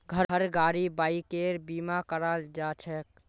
घर गाड़ी बाइकेर बीमा कराल जाछेक